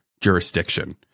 jurisdiction